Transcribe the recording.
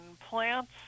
plants